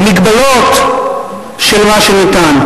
במגבלות של מה שניתן.